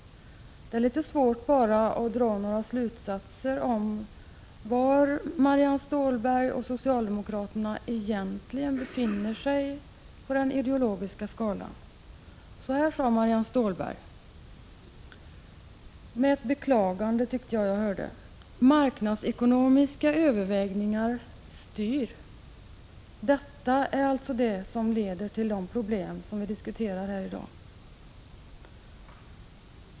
Det är bara litet svårt att dra några slutsatser om var Marianne Stålberg och socialdemokraterna egentligen befinner sig på den ideologiska skalan. Så här sade Marianne Stålberg — med beklagande, tyckte jag att jag hörde: Marknadsekonomiska överväganden styr. Detta är alltså vad som leder till de problem som vi diskuterar här i dag.